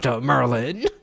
Merlin